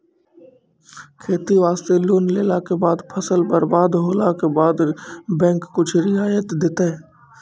खेती वास्ते लोन लेला के बाद फसल बर्बाद होला के बाद बैंक कुछ रियायत देतै?